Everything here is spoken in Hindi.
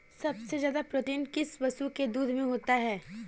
सबसे ज्यादा प्रोटीन किस पशु के दूध में होता है?